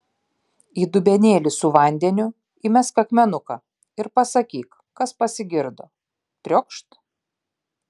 į dubenėlį su vandeniu įmesk akmenuką ir pasakyk kas pasigirdo triokšt